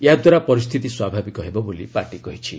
ଏହାଦ୍ୱାରା ପରିସ୍ଥିତି ସ୍ୱାଭାବିକ ହେବ ବୋଲି ପାର୍ଟି କହିଛି